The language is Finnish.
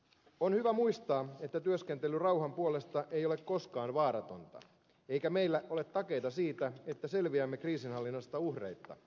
on hyvä muistaa että työskentely rauhan puolesta ei ole koskaan vaaratonta eikä meillä ole takeita siitä että selviämme kriisinhallinnasta uhreitta